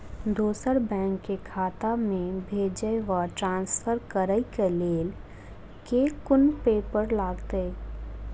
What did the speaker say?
दोसर बैंक केँ खाता मे भेजय वा ट्रान्सफर करै केँ लेल केँ कुन पेपर लागतै?